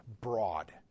broad